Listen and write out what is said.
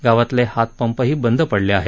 गावातले हातपंपही बंद पडले आहेत